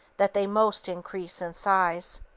that they most increase in size.